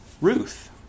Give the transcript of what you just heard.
Ruth